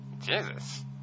Jesus